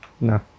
No